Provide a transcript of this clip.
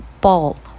ball